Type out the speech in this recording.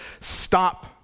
stop